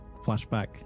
flashback